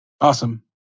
Awesome